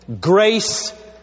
grace